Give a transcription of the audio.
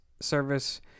Service